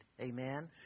amen